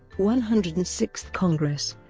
one hundred and sixth congress